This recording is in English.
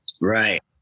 right